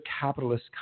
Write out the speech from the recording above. capitalist